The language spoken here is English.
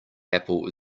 apple